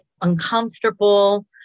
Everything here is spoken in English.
uncomfortable